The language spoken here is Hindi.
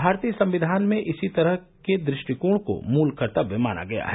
भारतीय संविधान में इसी तरह के दृष्टिकोण को मूल कर्तव्य माना गया है